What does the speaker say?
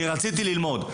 כי רציתי ללמוד.